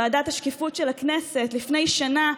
לוועדת השקיפות של הכנסת לפני שנה,